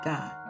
God